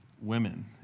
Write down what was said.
women